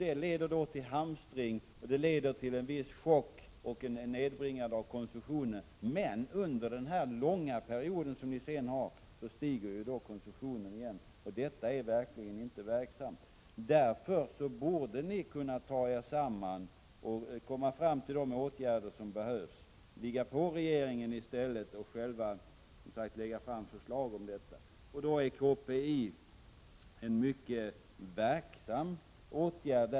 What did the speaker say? Följden blir hamstring, härefter en chock som nedbringar konsumtionen men sedan en ökning igen av denna under den långa period som föregår nästa justering. Det är sannerligen inte någon verksam metod. Därför borde ni ta er samman, trycka på hos regeringen och föreslå de åtgärder som är behövliga. Att från KPI rensa bort verkningarna av de aktuella justeringarna skulle vara en mycket verksam åtgärd.